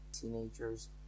teenagers